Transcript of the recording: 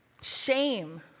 shame